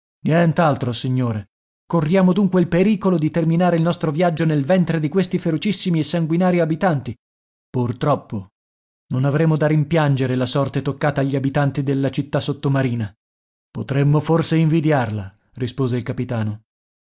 nient'altro signore corriamo dunque il pericolo di terminare il nostro viaggio nel ventre di questi ferocissimi e sanguinari abitanti purtroppo non avremo da rimpiangere la sorte toccata agli abitanti della città sottomarina potremmo forse invidiarla rispose il capitano